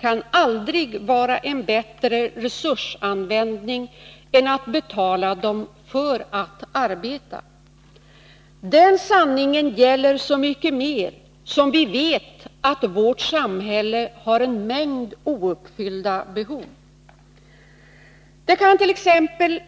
kan aldrig vara en bättre resursanvändning än att betala dem för att arbeta. Den sanningen gäller så mycket mer som vi vet att det i vårt samhälle finns en mängd behov som inte är tillgodosedda. Det kant.ex.